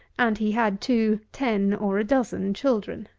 and he had, too, ten or a dozen children.